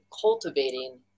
cultivating